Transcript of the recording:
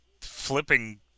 flipping